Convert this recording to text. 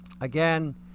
again